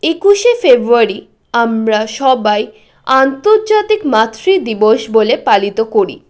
একুশে ফেব্রুয়ারি আমরা সবাই আন্তর্জাতিক মাতৃদিবস বলে পালিত করি